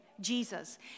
Jesus